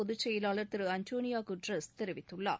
பொதுச் செயலாளர் திரு அன்டோனியோ கட்டரஸ் தெரிவித்துள்ளார்